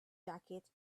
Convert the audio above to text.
jacket